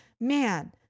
man